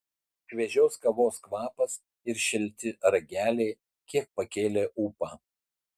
šviežios kavos kvapas ir šilti rageliai kiek pakėlė ūpą